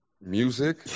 music